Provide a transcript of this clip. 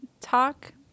talk